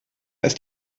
ist